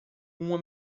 uma